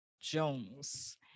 Jones